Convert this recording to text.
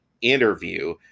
interview